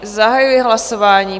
Zahajuji hlasování.